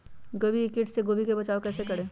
गोभी के किट से गोभी का कैसे बचाव करें?